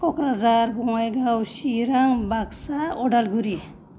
Kokrajhar Bongaigaon Chirang Baksa Udalguri